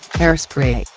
hairspray,